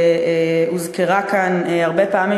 שהוזכרה כאן הרבה פעמים,